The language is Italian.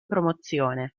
promozione